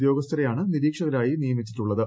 ഉദ്യോഗസ്ഥരെയാണ് നിരീക്ഷകരായി നിയമിച്ചിട്ടുള്ളത്